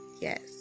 yes